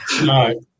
no